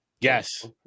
yes